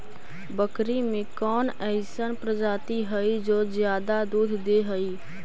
बकरी के कौन अइसन प्रजाति हई जो ज्यादा दूध दे हई?